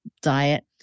diet